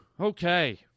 Okay